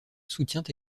soutient